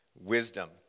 wisdom